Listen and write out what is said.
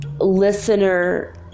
listener